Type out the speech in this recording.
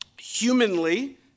humanly